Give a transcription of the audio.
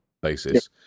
basis